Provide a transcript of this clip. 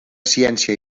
ciència